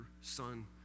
son